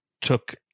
took